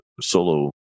solo